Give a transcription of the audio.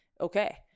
okay